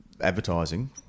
advertising